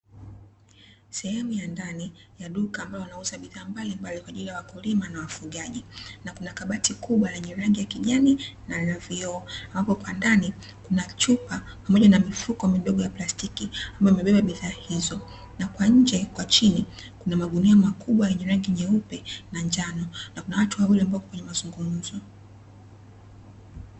Sehemu ya ndani ya duka, ambalo wanauza bidhaa mbalimbali kwa ajili ya wakulima na wafugaji, na kuna kabati kubwa lenye rangi ya kijani na la vioo, ambapo kwa ndani kuna chupa pamoja na mifuko midogo ya plastiki, ambayo imebeba bidhaa hizo, na kwa nje kwa chini kuna magunia makubwa yenye rangi nyeupe na njano, na kuna watu wawili ambao wako kwenye mazungumzo.